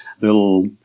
little